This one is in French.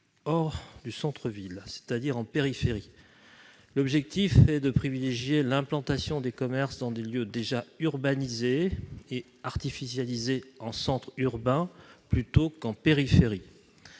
hors centre-ville, c'est-à-dire en périphérie. L'objectif est de privilégier l'implantation de commerces dans des lieux déjà urbanisés et artificialisés, en centres urbains, plutôt qu'en périphérie.